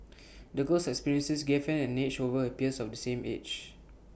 the girl's experiences gave her an edge over her peers of the same age